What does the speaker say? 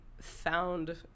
found